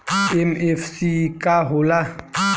MFC का होला?